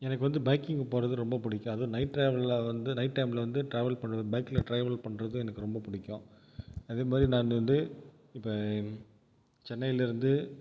எனக்கு வந்து பைக்கிங்கு போகிறது ரொம்ப பிடிக்கும் அதுவும் நைட் டிராவலில் வந்து நைட் டைமில் வந்து டிராவல் பண்ணுறது பைக்கில் டிராவல் பண்ணுறது எனக்கு ரொம்ப பிடிக்கும் அதே மாதிரி நான் வந்து இப்போ சென்னையிலேருந்து